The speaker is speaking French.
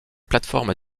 plateformes